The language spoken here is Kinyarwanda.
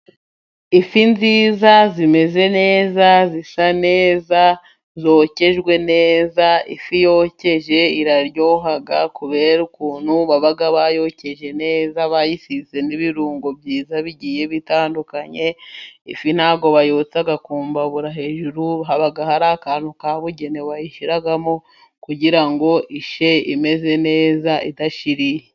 Ifi nziza, zimeze neza, zisa neza, zokejwe neza. Ifi yokeje iraryoha, kubera ukuntu baba bayokeje neza ,bayisize n'ibirungo byiza bigiye bitandukanye. Ifi ntabwo bayotsa ku mbabura hejuru, haba hari akantu kabugenewe bayishyiramo kugira ngo ishye imeze neza idashiririye.